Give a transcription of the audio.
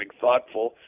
thoughtful